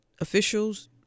officials